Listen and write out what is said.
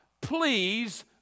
please